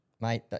mate